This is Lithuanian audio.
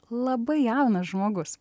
labai jaunas žmogus